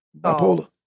bipolar